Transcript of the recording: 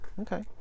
Okay